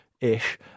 ish